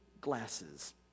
glasses